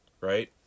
right